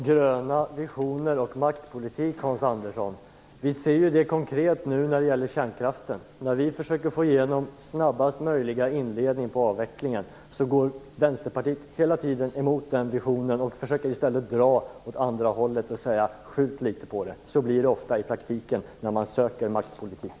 Fru talman! Gröna visioner och maktpolitik, säger Hans Andersson. Vi ser det konkret nu när det gäller kärnkraften. När vi försöker få igenom snabbast möjliga inledning på avvecklingen går Vänsterpartiet hela tiden emot den visionen, försöker i stället dra åt andra hållet och säger: Skjut litet på det. Så blir det ofta i praktiken när man söker maktpolitik.